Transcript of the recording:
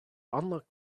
unlock